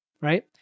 right